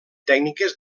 tècniques